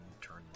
Turn